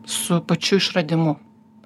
su pačiu išradimu